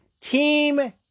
Team